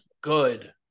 good